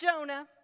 Jonah